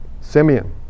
Simeon